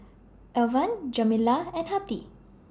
Alvan Jamila and Hattie